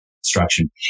instruction